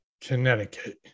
Connecticut